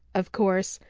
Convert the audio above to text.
of course,